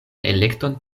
elekton